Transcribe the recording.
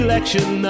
Election